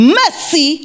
mercy